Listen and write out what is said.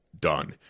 done